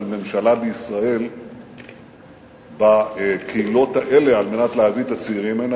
ממשלה בישראל בקהילות האלה על מנת להביא את הצעירים הנה.